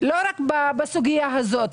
לא רק בסוגיה הזאת.